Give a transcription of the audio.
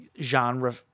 genre